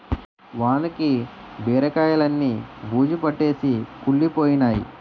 వానకి బీరకాయిలన్నీ బూజుపట్టేసి కుళ్లిపోయినై